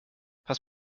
pass